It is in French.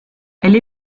elle